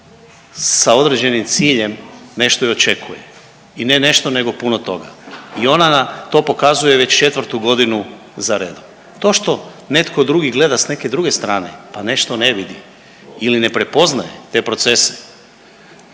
sa određenim ciljem nešto i očekuje i ne nešto nego puno toga i ona nam to pokazuje već 4-tu godinu za redom. To što netko drugi gleda s neke druge strane, pa nešto ne vidi ili ne prepoznaje te procese,